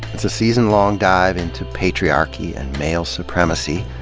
it's a season-long dive into patriarchy and male supremacy.